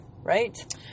right